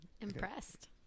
Impressed